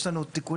יש לנו תיקונים.